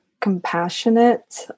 compassionate